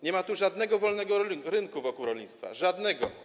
Nie ma tu żadnego wolnego rynku wokół rolnictwa, żadnego.